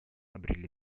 обрели